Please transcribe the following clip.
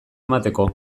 emateko